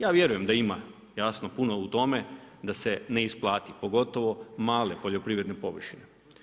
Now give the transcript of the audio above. Ja vjerujem da ima, jasno puno u tome, da se ne isplati pogotovo male poljoprivredne površine.